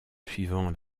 suivant